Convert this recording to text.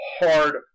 hard